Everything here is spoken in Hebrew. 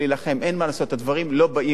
אין מה לעשות, הדברים לא באים בקלות.